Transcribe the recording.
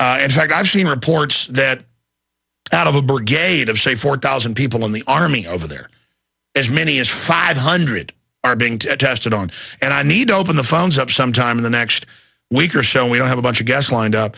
and i've seen reports that out of a brigade of say four thousand people in the army over there as many as five hundred are being tested on and i need to open the phones up sometime in the next week or so we don't have a bunch of guess lined up